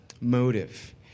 motive